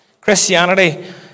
Christianity